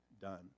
done